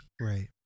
Right